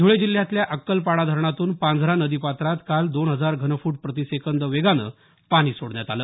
धूळे जिल्ह्यातल्या अक्कलपाडा धरणातून पांझरा नदीपात्रात काल दोन हजार घनफूट प्रतिसेकंद वेगानं पाणी सोडण्यात आलं